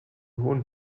hohen